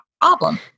problem